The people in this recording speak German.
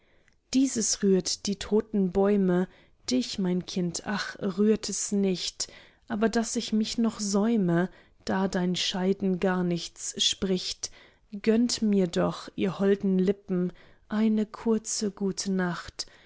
dieses rührt die toten bäume dich mein kind ach rührt es nicht aber daß ich mich noch säume da dein scheiden gar nichts spricht gönnt mir doch ihr holden lippen eine kurze gute nacht